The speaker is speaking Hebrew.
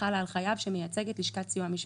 החלה על חייב שמייצגת לשכת סיוע משפטי.